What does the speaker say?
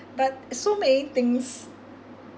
but so many things